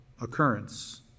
occurrence